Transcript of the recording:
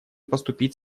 поступить